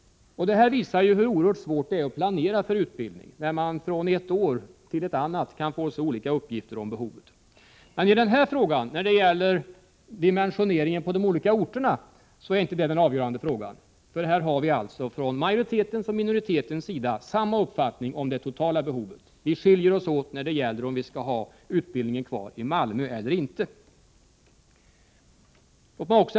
Detta visar hur oerhört svårt det är att planera för utbildningen, när man från ett år till ett annat kan få så olika uppgifter om behovet. Nu är emellertid inte dimensioneringen den avgörande frågan. Majoriteten och minoriteten har alltså samma uppfattning om det totala behovet. Vi skiljer oss åt när det gäller dimensioneringen mellan de olika orterna, om vi skall ha utbildningen kvar i Malmö eller inte. Herr talman!